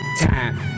time